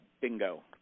Bingo